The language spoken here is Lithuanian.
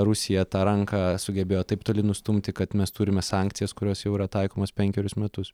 rusija tą ranką sugebėjo taip toli nustumti kad mes turime sankcijas kurios jau yra taikomos penkerius metus